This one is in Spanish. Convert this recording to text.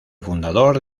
fundador